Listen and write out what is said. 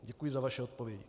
Děkuji za vaše odpovědi.